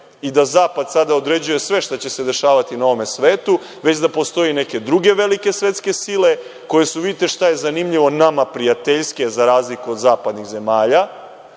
i da zapad sada određuje sve što će se dešavati na ovome svetu, već da postoje neke druge velike svetske sile, koje su nama prijateljske za razliku od zapadnih zemalja